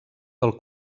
del